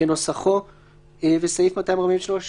כנוסחו וסעיף 243